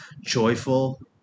joyful